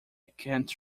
can’t